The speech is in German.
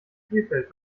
spielfeld